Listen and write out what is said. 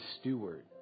steward